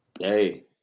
Hey